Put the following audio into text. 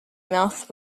mouth